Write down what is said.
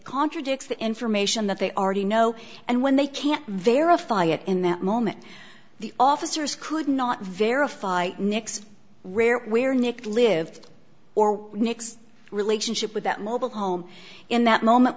contradicts the information that they already know and when they can't verify it in that moment the officers could not verify nics rare where nick lived or nick's relationship with that mobile home in that moment